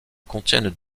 contient